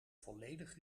volledig